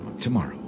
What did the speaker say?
Tomorrow